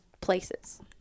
places